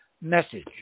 message